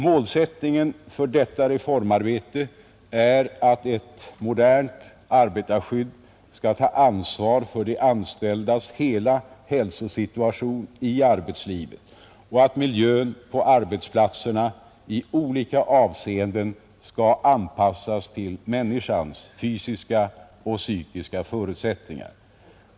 Målsättningen för detta reformarbete är att ett modernt arbetarskydd skall ta ansvar för de anställdas hela hälsosituation i arbetslivet och att miljön på arbetsplatserna i olika avseenden skall anpassas till människans fysiska och psykiska förutsättningar.